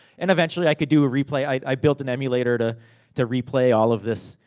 and eventually i could do a replay. i built an emulator to to replay all of this,